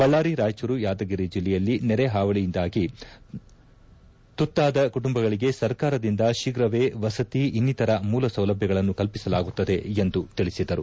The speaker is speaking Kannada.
ಬಳ್ಳಾರಿ ರಾಯಚೂರು ಯಾದಗಿರಿ ಜಿಲ್ಲೆಯಲ್ಲಿ ನೆರೆ ಹಾವಳಿಯಿಂದ ತುತ್ತಾದ ಕುಟಂಬಗಳಿಗೆ ಸರ್ಕಾರದಿಂದ ಶೀಘವೇ ವಸತಿ ಇನ್ನಿತರ ಮೂಲ ಸೌಲಭ್ಯಗಳನ್ನು ಕಲ್ಪಿಸಲಾಗುತ್ತದೆ ಎಂದು ತಿಳಿಸಿದರು